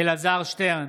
אלעזר שטרן,